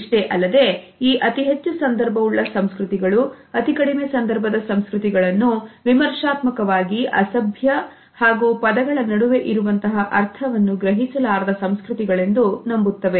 ಇಷ್ಟೇ ಅಲ್ಲದೆ ಈ ಅತಿ ಹೆಚ್ಚು ಸಂದರ್ಭ ಉಳ್ಳ ಸಂಸ್ಕೃತಿಗಳು ಅತಿ ಕಡಿಮೆ ಸಂದರ್ಭದ ಸಂಸ್ಕೃತಿಗಳನ್ನು ವಿಮರ್ಶಾತ್ಮಕವಾಗಿ ಅಸಭ್ಯ ಹಾಗೂ ಪದಗಳ ನಡುವೆ ಇರುವಂತಹ ಅರ್ಥವನ್ನು ಗ್ರಹಿಸಲಾರದ ಸಂಸ್ಕೃತಿ ಗಳೆಂದು ನಂಬುತ್ತವೆ